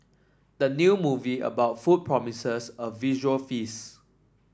the new movie about food promises a visual feast